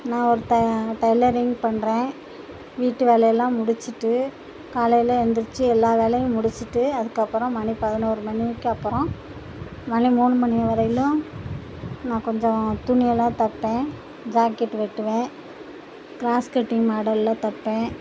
நான் ஒரு ட டெய்லரிங் பண்ணுறேன் வீட்டு வேலையெல்லாம் முடிச்சுட்டு காலையில் எழுந்திருச்சி எல்லா வேலையும் முடிச்சுட்டு அதுக்கப்புறம் மணி பதினோரு மணிக்கப்பறம் மணி மூணு மணி வரையிலும் நான் கொஞ்சம் துணியெல்லாம் தைப்பேன் ஜாக்கெட் வெட்டுவேன் க்ராஸ் கட்டிங் மாடலில் தைப்பேன்